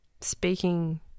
speaking